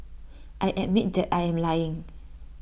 I admit that I am lying